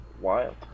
Wild